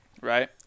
right